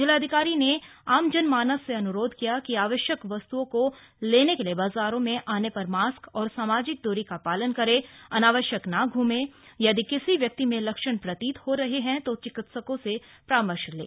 जिलाधिकारी ने आमजनमानस से अनुरोध किया आवश्यक वस्तुओं को लेने के लिए बाजारों में आने पर मास्क और सामाजिक दूरी का पालन करें अनावश्यक ना घूमें यदि किसी व्यक्ति में लक्षण प्रतीत हो रहें है तो चिकित्सकों से परामर्श लें